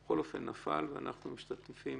הוא נפל ואנחנו משתתפים